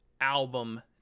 album